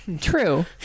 True